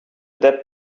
dead